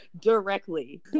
directly